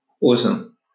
Awesome